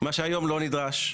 מה שהיום לא נדרש.